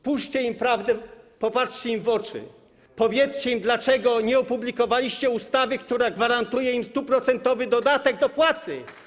Powiedzcie im prawdę, popatrzcie im w oczy, powiedzcie im, dlaczego nie opublikowaliście ustawy, która gwarantuje im 100-procentowy dodatek do płacy.